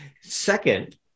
Second